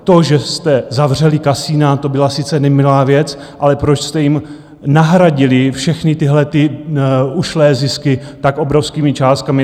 To že jste zavřeli kasina, to byla sice nemilá věc, ale proč jste jim nahradili všechny ušlé zisky tak obrovskými částkami?